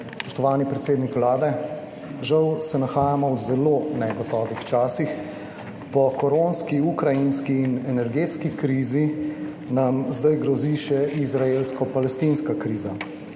zdaj grozi še izraelsko-palestinska kriza,